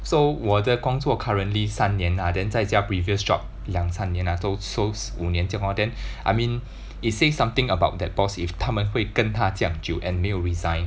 so 我的工作 currently 三年 ah then 再加 previous job 两三年 lah so so 五年这样 lor then I mean it says something about that boss if 他们会跟他这样旧 and 没有 resign